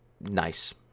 Nice